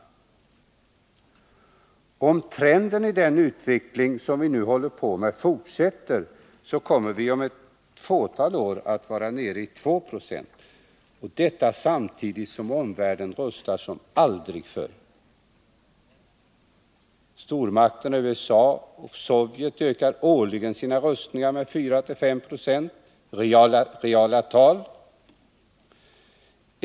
Om denna trend i utvecklingen fortsätter kommer försvarskostnaderna om ett fåtal år att vara nere i 2 70 av bruttonationalprodukten. Detta samtidigt som omvärlden rustar som aldrig förr. Stormakterna USA och Sovjet ökar årligen sina rustningar med 4—5 4 i reala tal.